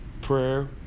prayer